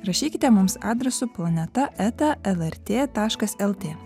rašykite mums adresu planeta eta lrt taškas lt